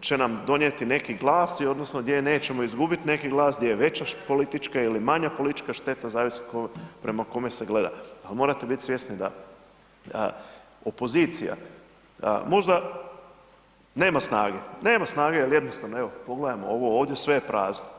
će nam donijeti neki glas odnosno gdje nećemo izgubit neki glas, gdje je veća politička ili manja politička šteta, zavisi tko prema kome se gleda ali morate bit svjesni da opozicija nema snage, nema snage jer jednostavno evo, pogledajmo ovo ovdje, sve je prazno.